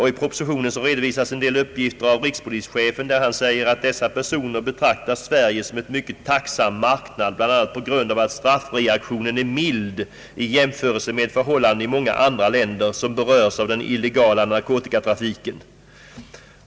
I propositionen redovisas också vad rikspolischefen har anfört, nämligen att »dessa personer betraktar Sverige som en mycket tacksam marknad, bl.a. på grund av att straffreaktionen är mild i jämförelse med förhållandena i många andra länder, som berörs av den illegala narkotikatrafiken.